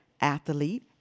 athlete